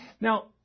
Now